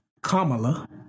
Kamala